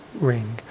ring